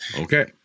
Okay